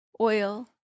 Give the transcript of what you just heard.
oil